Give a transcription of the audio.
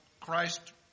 Christ